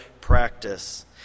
practice